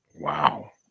Wow